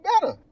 better